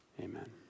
Amen